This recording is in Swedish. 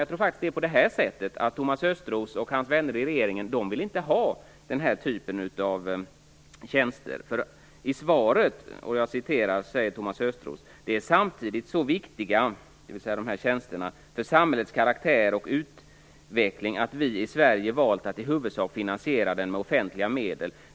Jag tror att det är på det sättet att Thomas Östros och hans vänner i regeringen inte vill ha den här typen av tjänster. I svaret säger Thomas Östros: "De är samtidigt så viktiga" - dvs. de här tjänsterna - "för samhällets karaktär och utveckling att vi i Sverige valt att i huvudsak finansiera dem med offentliga medel."